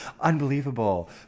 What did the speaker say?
Unbelievable